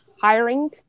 hiring